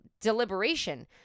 deliberation